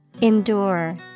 Endure